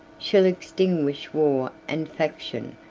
shall extinguish war and faction,